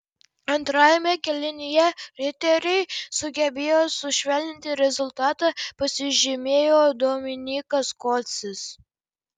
antrajame kėlinyje riteriai sugebėjo sušvelninti rezultatą pasižymėjo dominykas kodzis